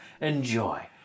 Enjoy